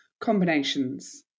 combinations